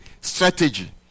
strategy